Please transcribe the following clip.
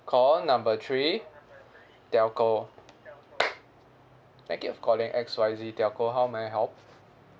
call number three telco thank you for calling X Y Z telco how may I help